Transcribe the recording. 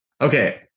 Okay